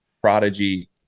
prodigy